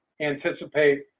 anticipate